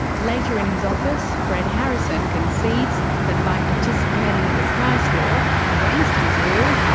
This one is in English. later in his office, fred harrison concedes that by participating in the price war against his will,